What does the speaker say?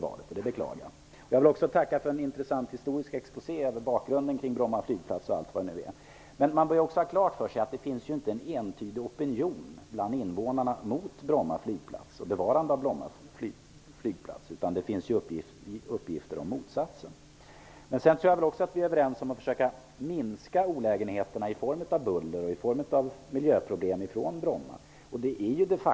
Jag ber att få tacka för en intressant historisk exposé över bakgrunden till Bromma flygplats. Man skall dock ha klart för sig att det inte finns någon entydig opinion bland invånarna i området mot bevarandet av Bromma flygplats. Det finns uppgifter om motsatsen. Jag tror vidare att vi är överens om att man bör försöka minska olägenheterna i form av buller och miljöproblem på Bromma.